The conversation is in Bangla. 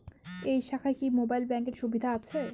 এই শাখায় কি মোবাইল ব্যাঙ্কের সুবিধা আছে?